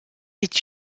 est